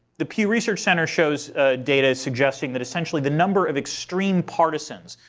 the pew research center shows data suggesting that essentially the number of extreme partisans,